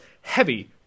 heavy